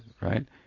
right